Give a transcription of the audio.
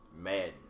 Madden